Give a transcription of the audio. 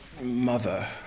mother